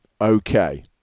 Okay